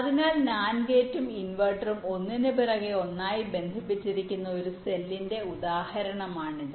അതിനാൽ NAND ഗേറ്റും ഇൻവെർട്ടറും ഒന്നിനുപുറകെ ഒന്നായി ബന്ധിപ്പിച്ചിരിക്കുന്ന ഒരു സെല്ലിന്റെ ഉദാഹരണമാണിത്